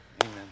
amen